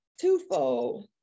twofold